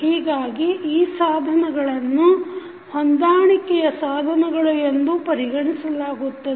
ಹೀಗಾಗಿ ಈ ಸಾಧನಗಳನ್ನು ಹೊಂದಾಣಿಕೆಯ ಸಾಧನಗಳು ಎಂದೂ ಪರಿಗಣಿಸಲಾಗಿತ್ತದೆ